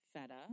feta